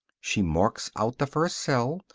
she marks out the first cell,